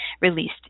released